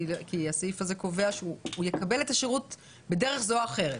כי הסעיף הזה קובע שהוא יקבל את השירות בדרך זו או אחרת.